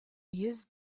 йөз